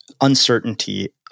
uncertainty